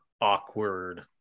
awkward